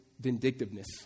vindictiveness